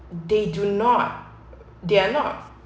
they do not they are not